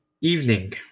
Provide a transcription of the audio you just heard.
evening